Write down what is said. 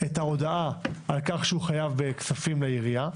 את ההודעה על כך שהוא חייב כספים לעירייה,